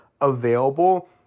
available